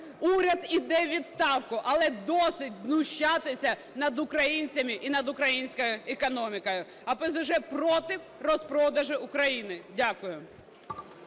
уряд іде у відставку. Але досить знущатися над українцями і українською економікою. ОПЖЗ проти розпродажу України. Дякую.